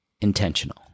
intentional